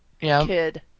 kid